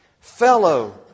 Fellow